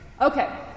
Okay